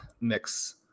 mix